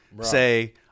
say